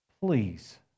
Please